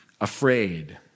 afraid